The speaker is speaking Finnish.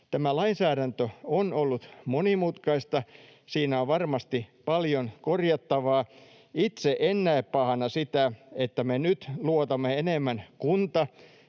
Tämä lainsäädäntö on ollut monimutkaista. Siinä on varmasti paljon korjattavaa. Itse en näe pahana sitä, että me nyt luotamme enemmän kunta-